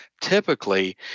typically